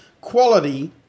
quality